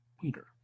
Peter